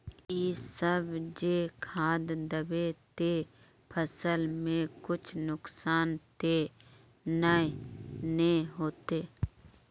इ सब जे खाद दबे ते फसल में कुछ नुकसान ते नय ने होते